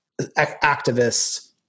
activists